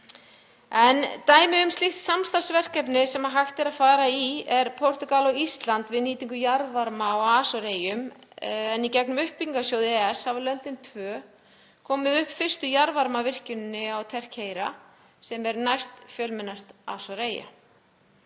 Dæmi um slíkt samstarfsverkefni sem hægt er að fara í er verkefni Portúgals og Íslands við nýtingu jarðvarma á Asoreyjum en í gegnum uppbyggingarsjóð EES hafa löndin tvö komið upp fyrstu jarðvarmavirkjuninni á Terceira sem er næstfjölmennust Asoreyja.